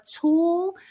tool